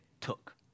took